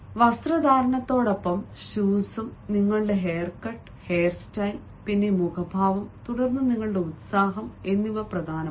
വസ്ത്രധാരണത്തോടൊപ്പം ഷൂസും നിങ്ങളുടെ hair cut hairstyle പിന്നെ മുഖഭാവം തുടർന്ന് നിങ്ങളുടെ ഉത്സാഹം എന്നിവ പ്രധാനമാണ്